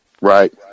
Right